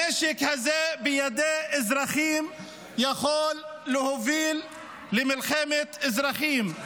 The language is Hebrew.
הנשק הזה בידי אזרחים יכול להוביל למלחמת אזרחים.